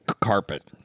carpet